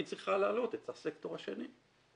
היא צריכה להעלות את הסקטור השני.